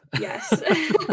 Yes